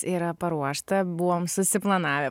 yra paruošta buvom susiplanavę